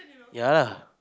ya